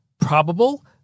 probable